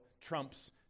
trumps